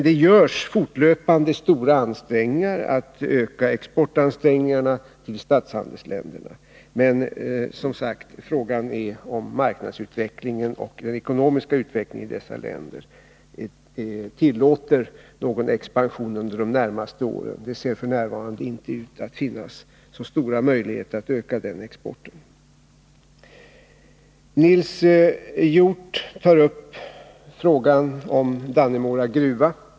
Det görs fortlöpande stora ansträngningar att öka exporten till statshandelsländerna, men frågan är som sagt om marknadsutvecklingen och den ekonomiska utvecklingen i dessa länder tillåter någon expansion under de närmaste åren — det ser f. n. inte ut att finnas så stora möjligheter att öka den exporten. Nils Hjorth tar upp frågan om Dannemora gruva.